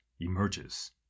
emerges